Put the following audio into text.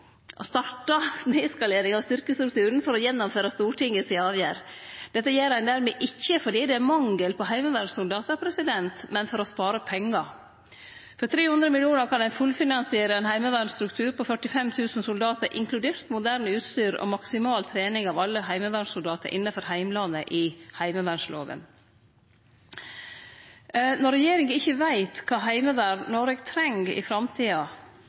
Stortinget si avgjerd. Dette gjer ein dimed ikkje fordi det er mangel på heimevernssoldatar, men for å spare pengar. For 300 mill. kr kan ein fullfinansiere ein heimevernsstruktur på 45 000 soldatar inkludert moderne utstyr og maksimal trening av alle heimevernssoldatar innanfor heimlandet, i heimevernlova. Når regjeringa ikkje veit kva heimevern Noreg treng i framtida,